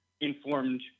informed